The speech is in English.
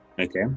okay